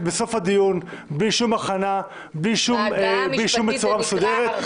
בסוף הדיון בלי שום הכנה ולא בצורה מסודרת.